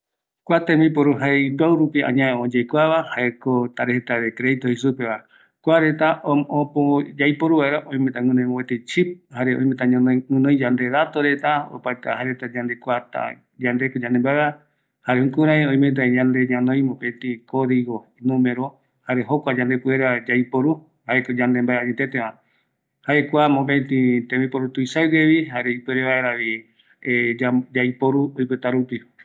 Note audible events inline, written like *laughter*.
﻿Kua tembiporu jae ipiau rupi añae oyekuava jaeko tarjeta de credito jei supeva, kuareta o äpo yaiporu vaera, oimeta guinoi mopeti chip jare oimeta ñogjuinoi, guinoi yande dato reta, apata jaereta yande kuata yandeko yande mbaeva, jare jukurai oimetavi yande ñanoi, mopeti codigo, numero jare jokua tande puere vaeravi *hesitation* yaiporu oipota rupi